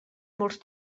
molts